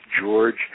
George